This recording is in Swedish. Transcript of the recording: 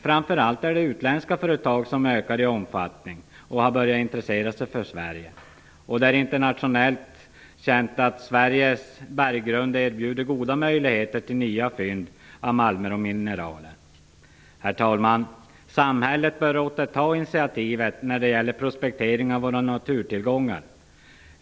Framför allt är det utländska företag som ökar i omfattning. De har börjat intressera sig för Sverige. Det är internationellt känt att Sveriges berggrund erbjuder goda möjligheter till nya fynd av malmer och mineraler. Herr talman! Samhället bör återta initiativet när det gäller prospektering av våra naturtillgångar.